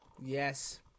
yes